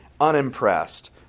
unimpressed